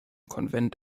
konvent